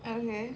okay